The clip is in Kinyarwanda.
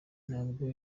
ntabwo